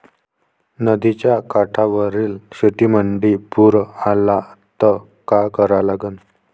नदीच्या काठावरील शेतीमंदी पूर आला त का करा लागन?